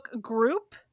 group